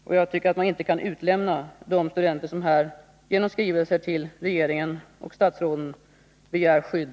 Man kan inte enligt min mening utlämna de studenter som genom skrivelser till regering och statsråd begär skydd.